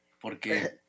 Porque